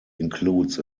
includes